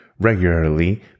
regularly